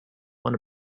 when